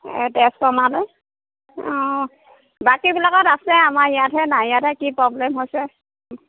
এই তেছফ্ৰমাৰলৈ অঁ বাকীবিলাকত আছে আমাৰ ইয়াতহে নাই ইয়াতহে কি প্ৰব্লেম হৈছে